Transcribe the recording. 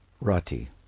Rati